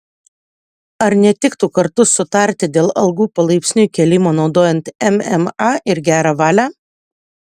ar netiktų kartu sutarti dėl algų palaipsniui kėlimo naudojant mma ir gerą valią